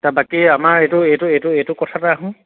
বাকী আমাৰ এইটো এইটো এইটো এইটো কথাতে আহোঁ